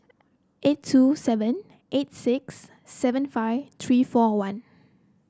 eight two seven eight six seven five three four one